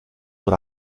dans